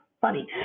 funny